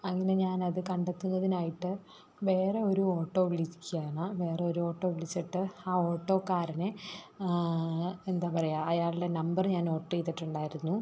അങ്ങനെ ഞാനത് കണ്ടെത്തുന്നതിനായിട്ട് വേറെ ഒരു ഓട്ടോ വിളിക്കുകയാണ് വേറൊരു ഓട്ടോ വിളിച്ചിട്ട് ആ ഓട്ടോക്കാരനെ എന്താ പറയുക അയാളുടെ നമ്പർ ഞാൻ നോട്ട് ചെയ്തിട്ടുണ്ടായിരുന്നു